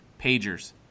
pagers